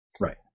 Right